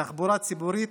תחבורה ציבורית,